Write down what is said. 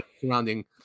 surrounding